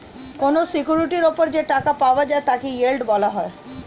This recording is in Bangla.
কোন সিকিউরিটির উপর যে টাকা পাওয়া যায় তাকে ইয়েল্ড বলা হয়